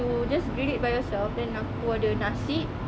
you just grill it by yourself then you order nasi